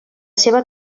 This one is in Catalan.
seva